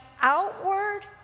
outward